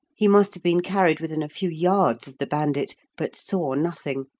he must have been carried within a few yards of the bandit, but saw nothing,